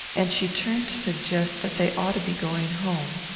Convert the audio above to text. and she turned to suggest that they ought to be going home.